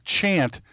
chant